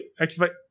expect